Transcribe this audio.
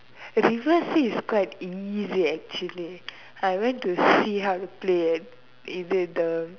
reverse is quite easy actually I went to see how to play at இது:ithu the